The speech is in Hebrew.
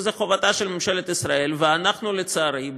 זאת חובתה של ממשלת ישראל, ואנחנו, לצערי,